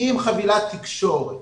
עם חבילת תקשורת